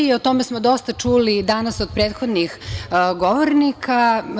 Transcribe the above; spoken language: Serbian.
O tome smo dosta čuli danas od prethodnih govornika.